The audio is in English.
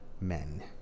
men